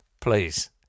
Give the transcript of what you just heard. Please